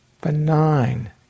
benign